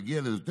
נגיע לזה תכף,